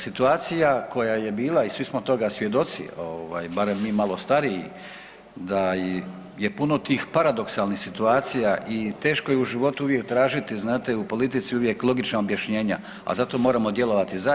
Situacija koja je bila i svi smo toga svjedoci ovaj barem mi malo stariji da je puno tih paradoksalnih situacija i teško je u životu uvijek tražiti znate u politici uvijek logična rješenja, a zato moramo djelovati zajedno.